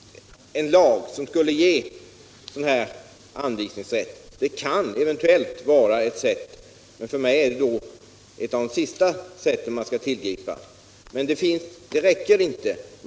En lag som skulle ge anvisningsrätt åt kommunal bostadsförmedling ter sig för mig som det sista man bör tillgripa. Men det skulle i alla fall inte vara tillräckligt.